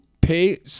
pay